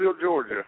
Georgia